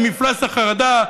עם מפלס החרדה,